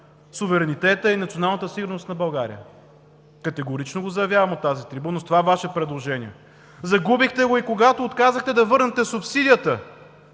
суверенитета и националната сигурност на България, категорично го заявявам от тази трибуна. Загубихте го и когато отказахте да върнете субсидията,